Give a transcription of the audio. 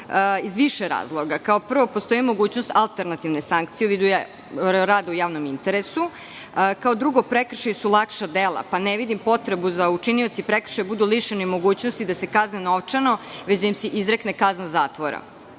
iz više razloga. Prvo, postoji mogućnost alternativne sankcije u vidu rada u javnom interesu, kao drugo, prekršaji su lakša dela pa ne vidim potrebu da učinioci prekršaja budu lišeni mogućnosti da se kazne novčano, već da im se izrekne kazna zatvora.